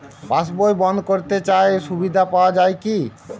পাশ বই বন্দ করতে চাই সুবিধা পাওয়া যায় কি?